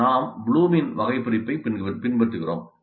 ஆனால் நாம் ப்ளூமின் வகைபிரிப்பைப் பின்பற்றுகிறோம்